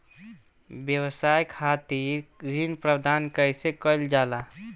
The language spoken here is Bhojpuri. व्यवसाय खातिर ऋण प्राप्त कइसे कइल जाला?